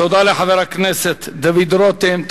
תודה לחבר הכנסת דוד רותם.